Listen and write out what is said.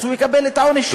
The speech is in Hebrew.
אז הוא יקבל את העונש שלו,